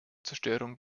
zerstörung